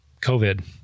COVID